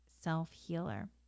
self-healer